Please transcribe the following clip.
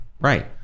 Right